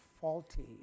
faulty